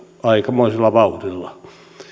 aikamoisella vauhdilla